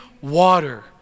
water